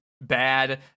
Bad